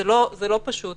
אין לי מספרים כרגע.